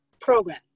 program